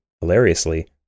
hilariously